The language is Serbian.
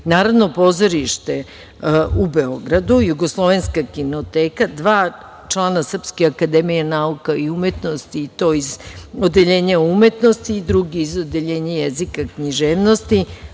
Narodno pozorište u Beogradu, Jugoslovenska kinoteka, dva člana Srpske akademije nauka i umetnosti, i to iz Odeljenja umetnosti i drugi iz Odeljenja jezika i književnosti,